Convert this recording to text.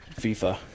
FIFA